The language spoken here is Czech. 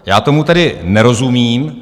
Já tomu tedy nerozumím.